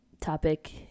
topic